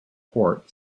port